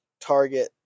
target